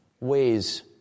ways